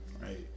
right